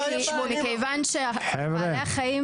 מכיוון שבעלי החיים